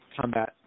combat